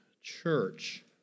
Church